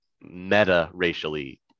meta-racially